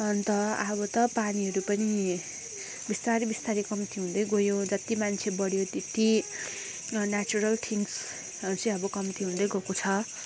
अन्त अब त पानीहरू पनि विस्तारी विस्तारी कम्ती हुँदै गयो जति मान्छे बढ्यो त्यति नेचरल थिङ्ग्हरू चाहिँ अब कम्ती हुँदै गएको छ